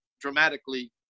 dramatically